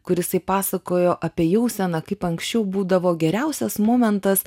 kur jisai pasakojo apie jauseną kaip anksčiau būdavo geriausias momentas